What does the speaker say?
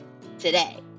today